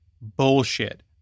bullshit